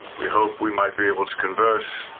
we hope we might be able to converse